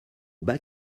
bas